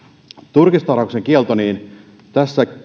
turkistarhauksen kielto niin kuin tässä